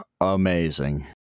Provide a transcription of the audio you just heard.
amazing